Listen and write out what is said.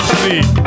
see